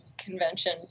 convention